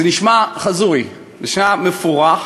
זה נשמע הזוי, נשמע מופרך,